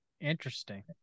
interesting